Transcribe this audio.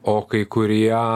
o kai kurie